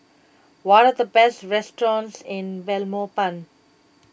what are the best restaurants in Belmopan